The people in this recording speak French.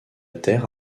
terre